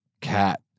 cat